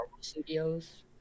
Studios